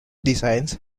designs